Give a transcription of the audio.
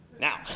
Now